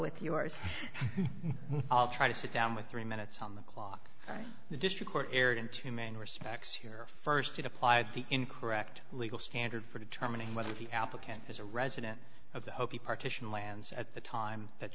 with yours i'll try to sit down with three minutes on the clock right the district court erred in two main respects here st to apply the incorrect legal standard for determining whether the applicant is a resident of the hopi partition lands at the time that